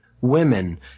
women